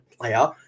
player